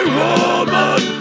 woman